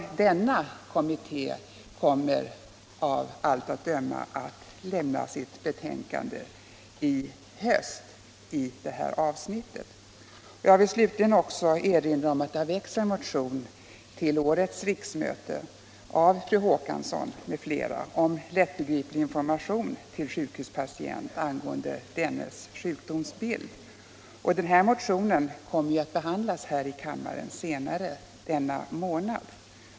Denna kommitté kommer av allt att döma att lämna sitt betänkande i det här avsnittet till sommaren. att behandlas här i kammaren senare under denna månad.